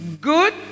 good